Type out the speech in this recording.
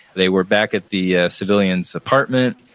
they were back at the ah civilians' apartment,